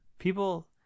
People